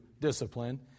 discipline